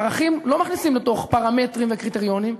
ערכים לא מכניסים לתוך פרמטרים וקריטריונים.